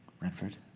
Renford